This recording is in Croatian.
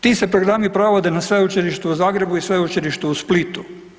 Ti se programi provode na Sveučilištu u Zagrebu i Sveučilištu u Splitu.